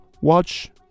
watch